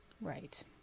Right